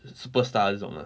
superstar 这种的 ah